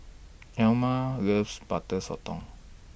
Elmire loves Butter Sotong